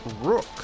Rook